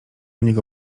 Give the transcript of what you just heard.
niego